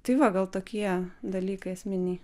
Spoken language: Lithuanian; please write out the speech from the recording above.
tai va gal tokie dalykai esminiai